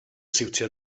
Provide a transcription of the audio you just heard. siwtio